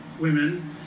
women